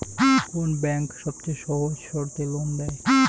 কোন ব্যাংক সবচেয়ে সহজ শর্তে লোন দেয়?